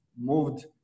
moved